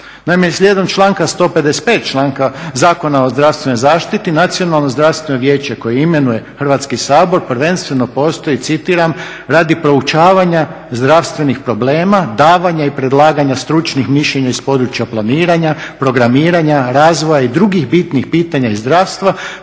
Naime, slijedom članka 155. Zakona o zdravstvenoj zaštiti Nacionalno zdravstveno vijeće koje imenuje Hrvatski sabor prvenstveno postoji citiram "radi proučavanja zdravstvenih problema, davanja i predlaganja stručnih mišljenja iz područja planiranja, programiranja, razvoja i drugih bitnih pitanja iz zdravstva